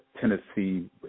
Tennessee